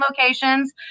locations